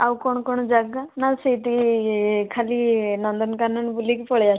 ଆଉ କଣ କଣ ଜାଗା ନା ସେଠି ଖାଲି ନନ୍ଦନକାନନ ବୁଲିକି ପଳେଇ ଆସିବା